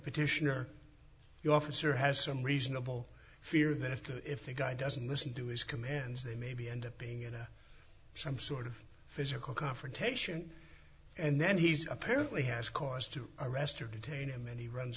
petitioner the officer has some reasonable fear that if the if the guy doesn't listen to his commands they maybe end up being some sort of physical confrontation and then he apparently has cause to arrest or detain him and he runs